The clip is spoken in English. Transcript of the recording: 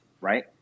right